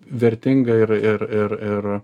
vertinga ir ir ir ir